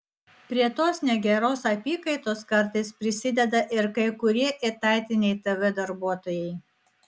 prie tos negeros apykaitos kartais prisideda ir kai kurie etatiniai tv darbuotojai